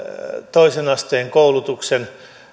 toisen asteen koulutuksen